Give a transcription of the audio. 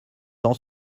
t’en